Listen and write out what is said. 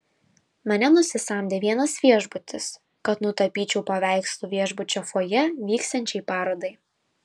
mane nusisamdė vienas viešbutis kad nutapyčiau paveikslų viešbučio fojė vyksiančiai parodai